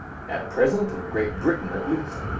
at present, in great britain at least,